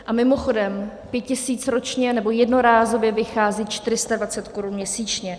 A mimochodem, 5 tisíc ročně, nebo jednorázově vychází 420 korun měsíčně.